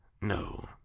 No